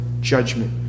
judgment